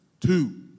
Two